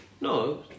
no